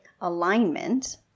alignment